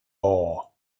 law